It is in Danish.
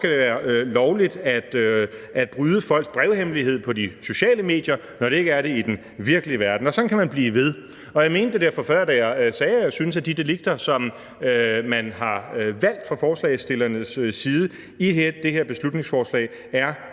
skal det være lovligt at bryde folks brevhemmelighed på de sociale medier, når det ikke er det i den virkelige verden? Og sådan kan man blive ved. Jeg mente det derfor før, da jeg sagde, at jeg synes, at de delikter, som man har valgt fra forslagsstillernes side i det her beslutningsforslag, er